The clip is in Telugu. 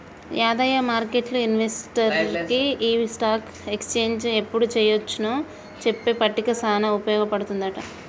యాదయ్య మార్కెట్లు ఇన్వెస్టర్కి ఈ స్టాక్ ఎక్స్చేంజ్ ఎప్పుడు చెయ్యొచ్చు నో చెప్పే పట్టిక సానా ఉపయోగ పడుతుందంట